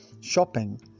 shopping